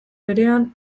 berean